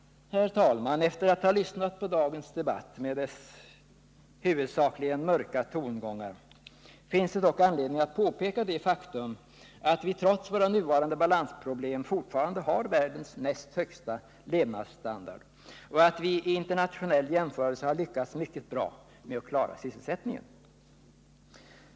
Herr talman! Efter att ha lyssnat på dagens debatt med dess huvudsakligen mörka tongångar finner jag anledning att påpeka det faktum att vi trots våra nuvarande balansproblem fortfarande har världens näst högsta levnadsstandard och att vi vid en internationell jämförelse har lyckats mycket bra med att klara sysselsättningen.